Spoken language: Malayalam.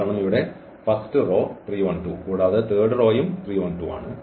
കാരണം ഇവിടെ ഫസ്റ്റ് റോ 3 1 2 കൂടാതെ തേർഡ് റോയും 3 1 2 ആണ്